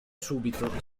subito